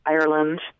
Ireland